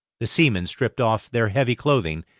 the seamen stripped off their heavy clothing,